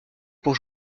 pour